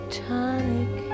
tonic